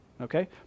okay